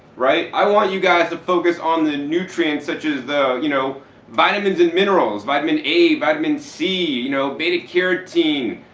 right? i want you guys to focus on the nutrients such as the you know vitamins and minerals, vitamin a, vitamin c, you know beta carotene,